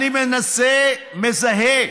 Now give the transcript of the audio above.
אני מזהה